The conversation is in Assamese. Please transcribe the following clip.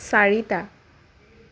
চাৰিটা